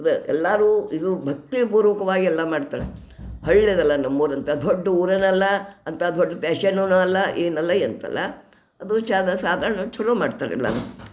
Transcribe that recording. ಅದು ಎಲ್ಲಾರು ಇದು ಭಕ್ತಿ ಪೂರ್ವಕವಾಗಿ ಎಲ್ಲ ಮಾಡ್ತಾರೆ ಹಳ್ಳಿದಲ್ಲ ನಮ್ಮೂರಂಥ ದೊಡ್ದ ಊರೇನಲ್ಲ ಅಂಥಾ ದೊಡ್ದ ಪ್ಯಾಶನು ನಾನಲ್ಲ ಏನಲ್ಲ ಎಂತಲ್ಲ ಅದು ಶಾದ ಸಾಧಾರ್ಣ ಚಲೋ ಮಾಡ್ತಾರೆ ಎಲ್ಲಾನು